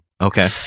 Okay